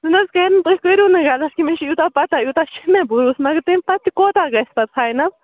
تُہۍ نہٕ حظ کٔرِو نہٕ تُہۍ کٔرِو نہٕ غلط کہِ مےٚ چھِ یوٗتاہ پَتَہ یوٗتاہ چھِ مےٚ بروس مگر تَمہِ پَتہٕ تہِ کوتاہ گژھِ پَتہٕ فاینَل